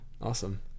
awesome